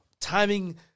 timing